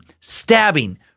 stabbing